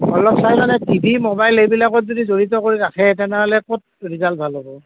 অলপ চাই মানে টিভি ম'বাইল এই বিলাকত যদি জড়িত কৰি ৰাখে তেনেহলে ক'ত ৰিজাল্ট ভাল হ'ব